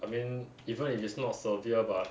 I mean even if it's not severe but